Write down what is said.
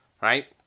right